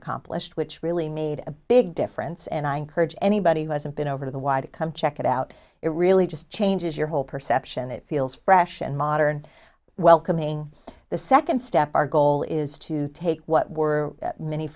accomplished which really made a big difference and i encourage anybody who hasn't been over the wire to come check it out it really just changes your whole perception it feels fresh and modern welcoming the second step our goal is to take what were many